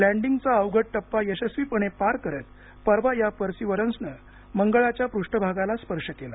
लँडिंगचा अवघड टप्पा यशस्वीपणे पार करत परवा या पर्सिवरंसनं मंगळाच्या पृष्ठभागाला स्पर्श केला